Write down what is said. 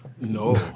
No